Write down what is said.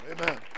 amen